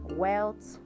wealth